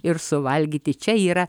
ir suvalgyti čia yra